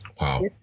Wow